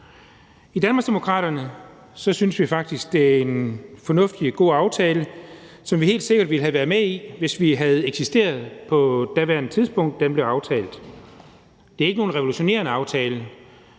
I Danmarksdemokraterne synes vi faktisk, det er en fornuftig og god aftale, som vi helt sikkert ville have været med i, hvis vi havde eksisteret på daværende tidspunkt, hvor den blev aftalt. Det er ikke nogen revolutionerende aftale.